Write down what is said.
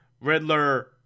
Riddler